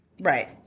Right